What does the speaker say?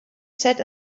sat